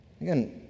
Again